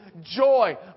joy